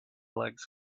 legs